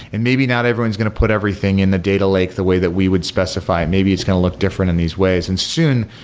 and maybe not everyone is going to put everything in the data lake the way that we would specify it. maybe it's going to look different in these ways. and soon,